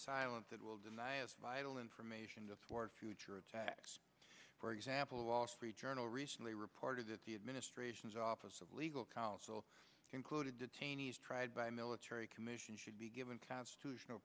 silent that will deny us vital information to thwart future attacks for example a wall street journal recently reported that the administration's office of legal counsel concluded detainees tried by military commission should be given constitutional